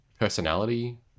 personality